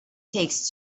takes